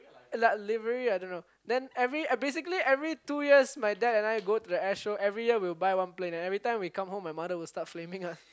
like livery I don't know basically every two years my dad and I go to the airshow every year we will buy one plane and every time when we come home my mother will start flaming us